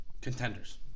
contenders